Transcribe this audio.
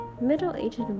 middle-aged